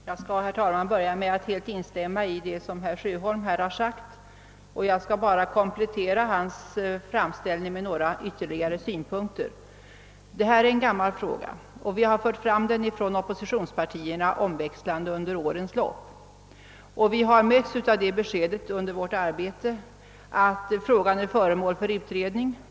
Herr talman! Jag skall börja med att helt instämma i vad herr Sjöholm anförde. Jag vill endast komplettera hans framställning med ytterligare några synpunkter. Detta är en gammal fråga, som vi från oppositionspartierna har fört fram omväxlande under årens lopp. Vi har under vårt arbete mötts av det beskedet att frågan är föremål för utredning.